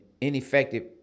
ineffective